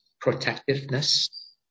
protectiveness